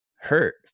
hurt